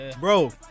Bro